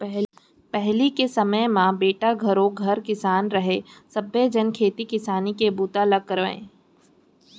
पहिली के समे म बेटा घरों घर किसान रहय सबे झन खेती किसानी के बूता ल करयँ